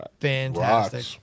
fantastic